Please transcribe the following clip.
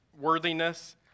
worthiness